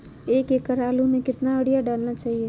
एक एकड़ आलु में कितना युरिया डालना चाहिए?